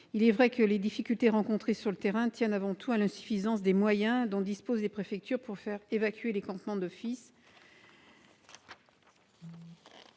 Il est vrai que les difficultés rencontrées sur le terrain tiennent avant tout à l'insuffisance des moyens dont disposent les préfectures pour faire évacuer les campements, d'office